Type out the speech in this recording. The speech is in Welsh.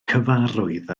cyfarwydd